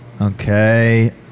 Okay